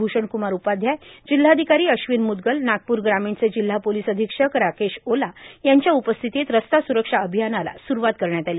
भूषणकुमार उपाध्याय जिल्हाधिकारी अश्विन मुदगल नागपूर ग्रामीणचे जिल्हा पोलीस अधिक्षक राकेश ओला यांच्या उपस्थितीत रस्ता सुरक्षा अभियानाला सुरूवात करण्यात आली